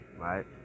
right